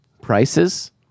Prices